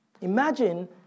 Imagine